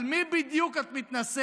על מי בדיוק את מתנשאת?